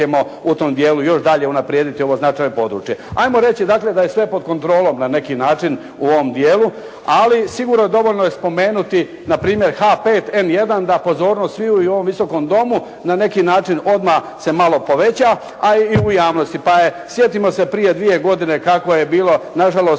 H5N1 da pozornost sviju i u ovom Visokom domu na neki način se odmah malo poveća, a i u javnosti,